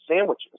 sandwiches